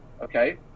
okay